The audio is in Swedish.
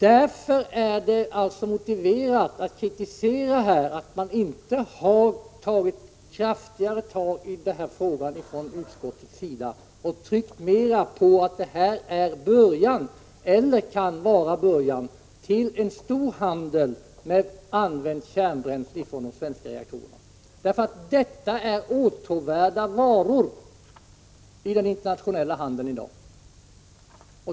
Därför är det motiverat att kritisera utskottet för att det inte har tagit kraftigare tag i den här frågan och inte tryckt på det faktum att det som hänt kan vara en början på en omfattande handel med använt kärnbränsle från de svenska reaktorerna. Det är nämligen fråga om åtråvärda varor i dagens internationella handel.